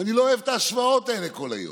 אני לא אוהב את ההשוואות האלה כל היום,